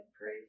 pray